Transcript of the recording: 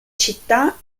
città